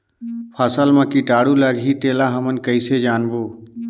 फसल मा कीटाणु लगही तेला हमन कइसे जानबो?